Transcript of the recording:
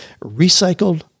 recycled